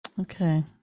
okay